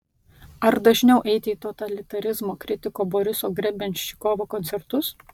ar dažniau eiti į totalitarizmo kritiko boriso grebenščikovo koncertus